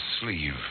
sleeve